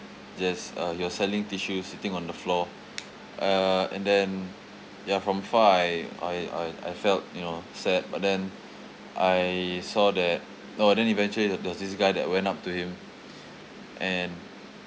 just uh he was selling tissues sitting on the floor uh and then ya from far I I I I felt you know sad but then I saw that oh then eventually the~ there was this guy that went up to him and